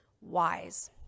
WISE